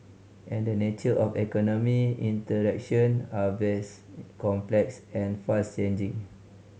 and the nature of the economy interaction are vast complex and fast changing